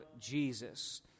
Jesus